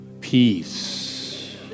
peace